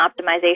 optimization